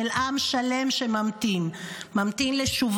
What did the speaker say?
של עם שלם שממתין לשובם.